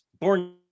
Born